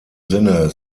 sinne